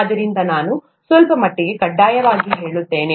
ಆದ್ದರಿಂದ ನಾನು ಸ್ವಲ್ಪಮಟ್ಟಿಗೆ ಕಡ್ಡಾಯವಾಗಿ ಹೇಳುತ್ತೇನೆ